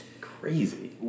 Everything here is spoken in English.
crazy